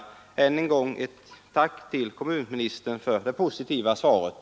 Än en gång ett tack till kommunministern för det positiva svaret.